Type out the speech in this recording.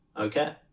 Okay